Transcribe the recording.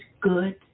good